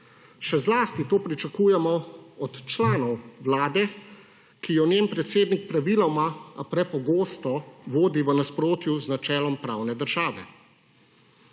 Še zlasti to pričakujemo od članov vlade, ki jo njen predsednik praviloma, a prepogosto vodi v nasprotju z načelom pravne države.